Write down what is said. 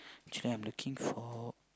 train I'm looking for